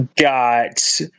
got